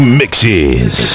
mixes